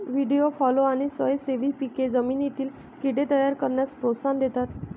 व्हीडी फॉलो आणि स्वयंसेवी पिके जमिनीतील कीड़े तयार करण्यास प्रोत्साहन देतात